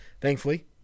thankfully